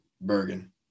Bergen